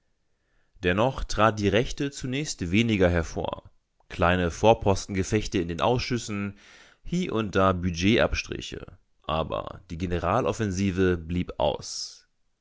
dennoch trat die rechte zunächst weniger hervor kleine vorpostengefechte in den ausschüssen hie und da budgetabstriche aber die generaloffensive blieb aus